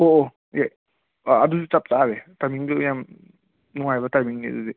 ꯑꯣ ꯑꯣ ꯑꯦ ꯑꯥ ꯑꯗꯨꯗꯤ ꯆꯞ ꯆꯥꯔꯦ ꯇꯥꯏꯃꯤꯡꯗꯨꯗꯤ ꯌꯥꯝ ꯅꯨꯡꯉꯥꯏꯕ ꯇꯥꯏꯃꯤꯡꯅꯦ ꯑꯗꯨꯗꯤ